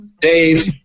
Dave